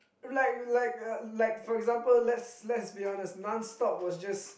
like like uh like for example let's let's be honest non stop was just